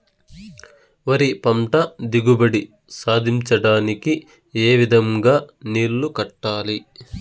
వరి పంట దిగుబడి సాధించడానికి, ఏ విధంగా నీళ్లు కట్టాలి?